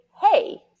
hey